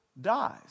dies